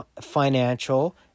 financial